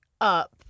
up